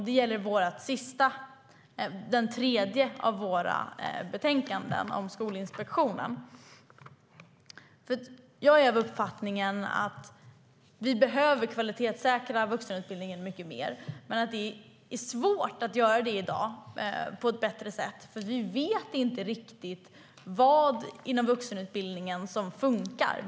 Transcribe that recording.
Det gäller den tredje av våra reservationer om Skolinspektionen. Jag är av uppfattningen att vi behöver kvalitetssäkra vuxenutbildningen mycket mer. Men det är svårt att göra det i dag på ett bättre sätt. Vi vet inte riktigt vad inom vuxenutbildningen som fungerar.